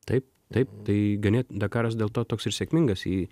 taip taip tai ganėt dakaras dėl to toks ir sėkmingas į